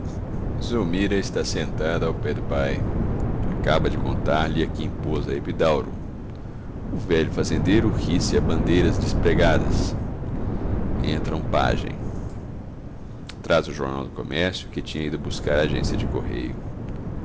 zulmira está sentada ao pé do pai acaba de contar-lhe a que impôs a epidauro o velho fazendeiro ri-se a bandeiras despregadas entra um pajem traz o jornal do comércio que tinha ido buscar à agência de correio